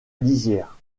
lisière